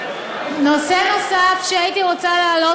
נושא נוסף שהייתי רוצה להעלות,